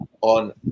on